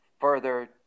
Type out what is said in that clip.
further